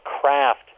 craft